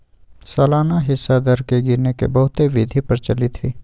सालाना हिस्सा दर के गिने के बहुते विधि प्रचलित हइ